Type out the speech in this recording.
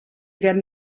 werden